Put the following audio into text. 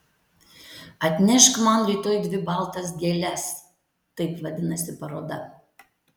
atnešk man rytoj dvi baltas gėles taip vadinasi paroda